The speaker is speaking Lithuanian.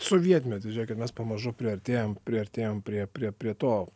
sovietmetis žiūrėkit mes pamažu priartėjom priartėjom prie prie prie to